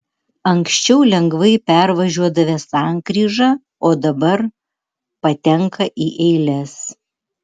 anksčiau lengvai pervažiuodavę sankryžą o dabar patenka į eiles